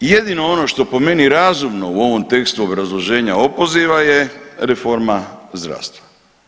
Jedino ono što po meni razumno u ovom tekstu obrazloženja opoziva je reforma zdravstva.